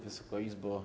Wysoka Izbo!